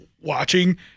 watching